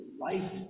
life